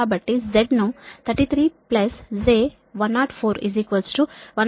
కాబట్టి Z ను 33 j104 109